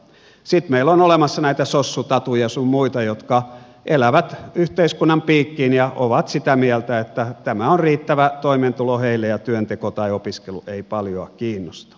sitten meillä on olemassa näitä sossutatuja sun muita jotka elävät yhteiskunnan piikkiin ja ovat sitä mieltä että tämä on riittävä toimeentulo heille ja työnteko tai opiskelu ei paljoa kiinnosta